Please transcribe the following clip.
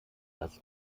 das